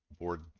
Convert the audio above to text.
board